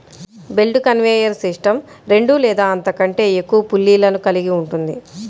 belt conveyor system రెండు లేదా అంతకంటే ఎక్కువ పుల్లీలను కలిగి ఉంటుంది